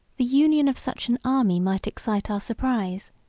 the union of such an army might excite our surprise,